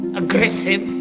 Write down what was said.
aggressive